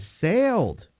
sailed